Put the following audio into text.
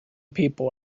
people